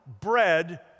bread